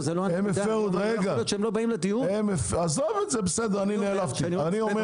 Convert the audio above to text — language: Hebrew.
זה שלא באו לדיון, אני לא יכול